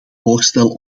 voorstel